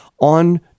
on